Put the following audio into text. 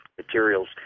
materials